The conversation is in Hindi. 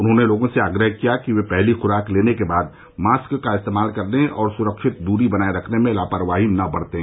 उन्होंने लोगों से आग्रह किया कि वे पहली खुराक लेने के बाद मास्क का इस्तेमाल करने और सुरक्षित दूरी बनाये रखने में लापरवाही न बरतें